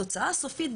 התוצאה הסופית,